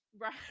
right